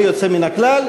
בלי יוצא מן הכלל,